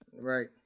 Right